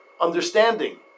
understanding